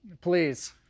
Please